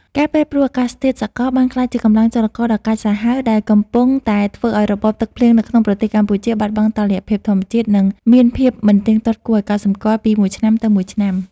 ការប្រែប្រួលអាកាសធាតុសកលបានក្លាយជាកម្លាំងចលករដ៏កាចសាហាវ ដែលកំពុងតែធ្វើឱ្យរបបទឹកភ្លៀងនៅក្នុងប្រទេសកម្ពុជាបាត់បង់តុល្យភាពធម្មជាតិ និងមានភាពមិនទៀងទាត់គួរឱ្យកត់សម្គាល់ពីមួយឆ្នាំទៅមួយឆ្នាំ។